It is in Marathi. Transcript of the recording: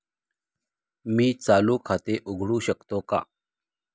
मी चालू खाते उघडू शकतो का?